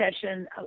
session